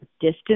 distance